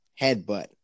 Headbutt